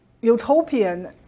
utopian